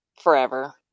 forever